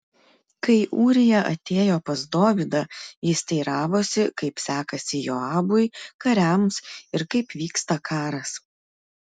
kai ūrija atėjo pas dovydą jis teiravosi kaip sekasi joabui kariams ir kaip vyksta karas